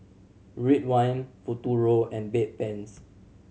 Ridwind Futuro and Bedpans